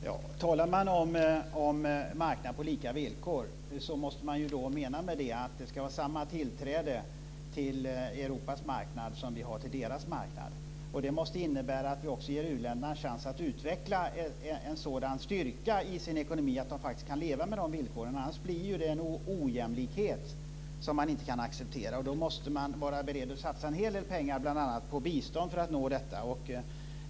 Fru talman! Talar man om marknad på lika villkor måste man mena med det att det ska vara samma tillträde till Europas marknad som vi har till deras marknad. Det måste innebära att vi också ger uländerna en chans att utveckla en sådan styrka i sina ekonomier att de faktiskt kan leva med de villkoren. Annars blir det en ojämlikhet som man inte kan acceptera. Då måste man vara beredd att satsa en hel del pengar bl.a. på bistånd för att nå detta.